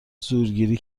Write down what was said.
زورگیری